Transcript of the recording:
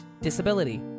disability